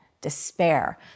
despair